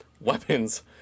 weapons